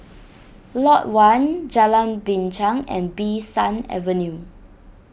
Lot one Jalan Binchang and Bee San Avenue